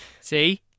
see